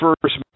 first